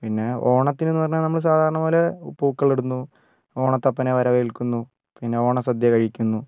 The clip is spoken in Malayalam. പിന്നെ ഓണത്തിനെന്നു പറഞ്ഞാ നമ്മടെ സാധാരണ പോലെ പൂക്കളം ഇടുന്നു ഓണത്തപ്പനെ വരവേൽക്കുന്നു പിന്നെ ഓണസദ്യ കഴിക്കുന്നു